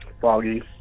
foggy